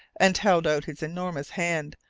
and held out his enormous hand,